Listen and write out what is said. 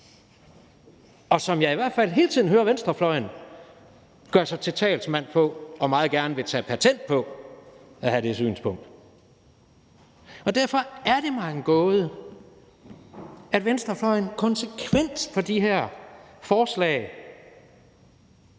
og som jeg i hvert fald hele tiden hører venstrefløjen gør sig til talsmænd for og meget gerne vil tage patent på – altså at have det synspunkt. Derfor er det mig en gåde, at venstrefløjen konsekvent i forhold til de her forslag